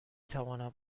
توانم